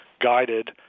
guided